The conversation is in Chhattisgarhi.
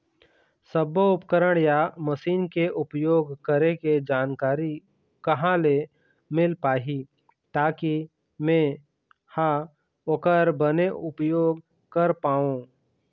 सब्बो उपकरण या मशीन के उपयोग करें के जानकारी कहा ले मील पाही ताकि मे हा ओकर बने उपयोग कर पाओ?